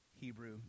Hebrew